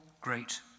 great